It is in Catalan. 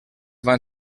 van